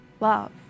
love